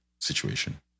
situation